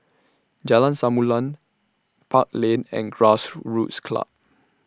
Jalan Samulun Park Lane and Grassroots Club